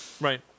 Right